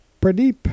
Pradeep